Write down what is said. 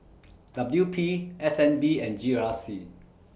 W P S N B and G R C